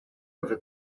over